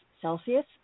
Celsius